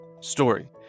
story